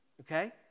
Okay